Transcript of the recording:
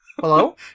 Hello